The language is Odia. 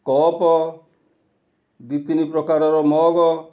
କପ୍ ଦୁଇ ତିନି ପ୍ରକାରର ମଗ୍